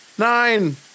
Nine